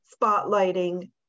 spotlighting